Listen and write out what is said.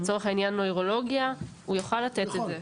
לצורך העניין, בנוירולוגיה יוכל לתת את זה.